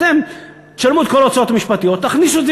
אתם תשלמו את כל ההוצאות המשפטיות ותכניסו את זה,